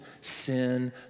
sin